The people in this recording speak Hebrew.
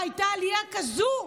הייתה עלייה כזו.